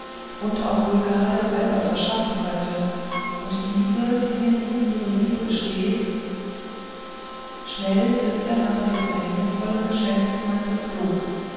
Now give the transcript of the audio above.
und auch wohl gar der weiber verschaffen könne und diese die dir nun ihre liebe gesteht schnell griff er nach dem verhängnisvollen geschenk des meister floh